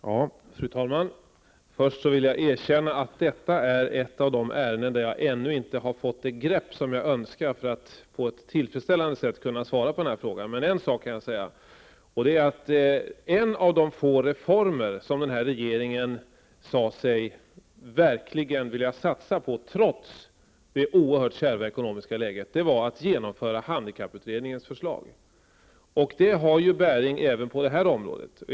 Fru talman! Först vill jag erkänna att detta är ett av de ärenden där jag ännu inte har fått det grepp som jag önskar för att på ett tillfredsställande sätt kunna svara på denna fråga. En sak kan jag dock säga. En av de få reformer som denna regering sade sig verkligen vilja satsa på trots det oerhört kärva ekonomiska läget var att genomföra handikapputredningens förslag. Det har bäring även på detta område.